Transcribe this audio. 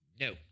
No